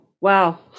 Wow